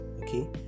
okay